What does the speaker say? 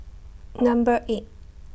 Number eight